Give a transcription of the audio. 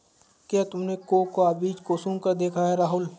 क्या तुमने कोकोआ बीज को सुंघकर देखा है राहुल?